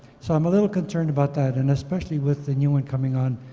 so i'm a little concerned about that and especially with the new one coming on,